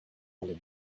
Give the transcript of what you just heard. alle